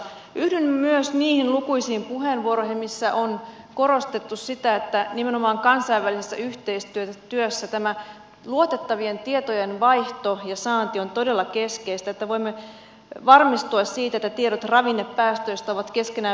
yhdyn myös niihin lukuisiin puheenvuoroihin missä on korostettu sitä että nimenomaan kansainvälisessä yhteistyössä tämä luotettavien tietojen vaihto ja saanti on todella keskeistä niin että voimme varmistua siitä että tiedot ravinnepäästöistä ovat keskenään vertailukelpoisia